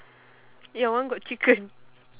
your one got chicken